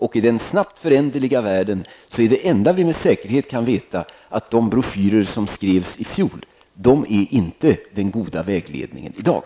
I en snabbt föränderlig värld är det enda som vi med säkerhet kan veta att de broschyrer som skrevs i fjol inte är någon god vägledning i dag.